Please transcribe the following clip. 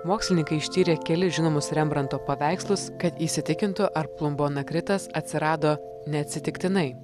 mokslininkai ištyrė kelis žinomus rembranto paveikslus kad įsitikintų ar plumbonakritas atsirado neatsitiktinai